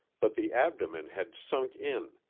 but the abdomen had sunk in,